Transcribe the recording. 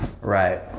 right